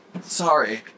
Sorry